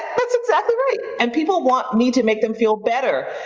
that's exactly right, and people want me to make them feel better,